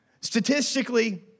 Statistically